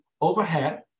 overhead